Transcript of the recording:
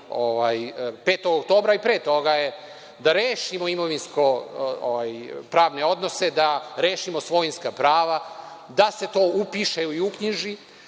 5. oktobra, i pre toga, da rešimo imovinsko-pravne odnose, da rešimo svojinska prava, da se to upiše i uknjiži,